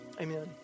Amen